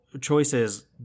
choices